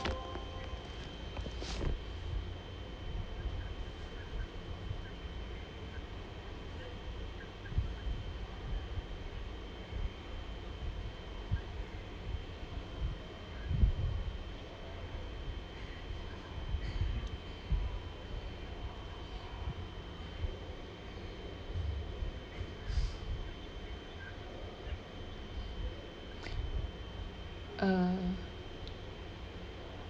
uh